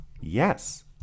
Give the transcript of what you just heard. yes